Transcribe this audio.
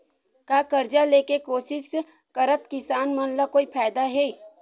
का कर्जा ले के कोशिश करात किसान मन ला कोई फायदा हे?